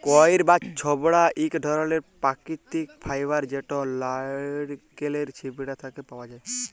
কইর বা ছবড়া ইক ধরলের পাকিতিক ফাইবার যেট লাইড়কেলের ছিবড়া থ্যাকে পাউয়া যায়